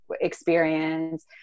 experience